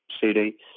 CD